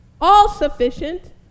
All-sufficient